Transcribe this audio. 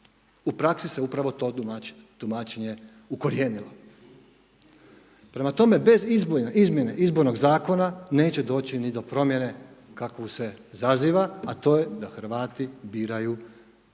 U praksi se upravo to tumačenje ukorijenilo. Prema tome, bez izmjene izbornog Zakona, neće doći ni do promjene kakvu se zaziva, a to je da Hrvati biraju predstavnika